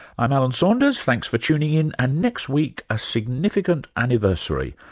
i'm alan saunders, thanks for tuning in. and next week, a significant anniversary.